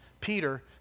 Peter